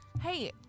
Hey